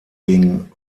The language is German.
gegen